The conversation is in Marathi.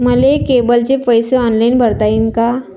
मले केबलचे पैसे ऑनलाईन भरता येईन का?